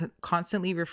constantly